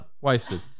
Wasted